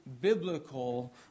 biblical